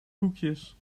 koekjes